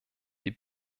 die